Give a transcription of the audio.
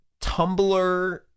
Tumblr